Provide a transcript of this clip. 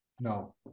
No